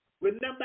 Remember